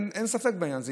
אין ספק בעניין הזה.